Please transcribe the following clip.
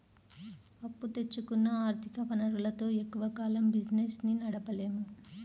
అప్పు తెచ్చుకున్న ఆర్ధిక వనరులతో ఎక్కువ కాలం బిజినెస్ ని నడపలేము